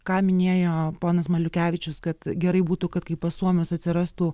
ką minėjo ponas maliukevičius kad gerai būtų kad kai pas suomius atsirastų